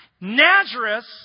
Nazareth